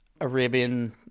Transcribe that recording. Arabian